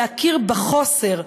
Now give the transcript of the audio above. להכיר בחוסר,